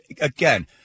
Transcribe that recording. again